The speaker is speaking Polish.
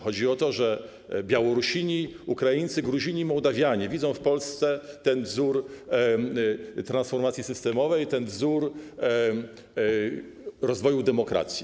Chodzi o to, że Białorusini, Ukraińcy, Gruzini, Mołdawianie widzą w Polsce ten wzór transformacji systemowej, ten wzór rozwoju demokracji.